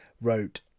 wrote